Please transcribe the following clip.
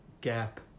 gap